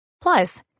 Plus